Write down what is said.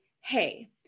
hey